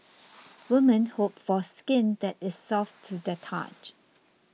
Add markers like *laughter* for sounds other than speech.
*noise* women hope for skin that is soft to the touch